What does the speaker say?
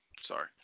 Sorry